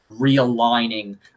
realigning